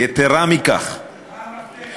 יתרה מכך, מה המפתח?